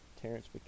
Terrence